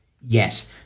Yes